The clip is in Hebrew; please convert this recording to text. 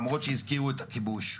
למרות שהזכירו את הכיבוש.